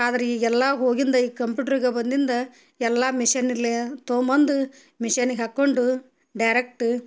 ಆದರೆ ಈಗೆಲ್ಲ ಹೋಗಿಂದ ಈಗ ಕಂಪ್ಯೂಟ್ರ್ ಯುಗ ಬಂದಿಂದ ಎಲ್ಲಾ ಮಿಶನ್ ಅಲ್ಲೇ ತಗೊಬಂದು ಮಿಶನಿಗೆ ಹಾಕೊಂಡು ಡೈರೆಕ್ಟ್